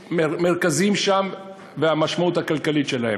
מרכזיים שם ולגבי המשמעות הכלכלית שלהם.